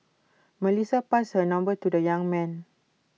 Melissa passed her number to the young man